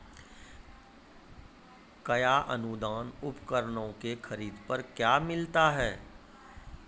कया अनुदान उपकरणों के खरीद पर मिलता है?